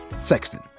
Sexton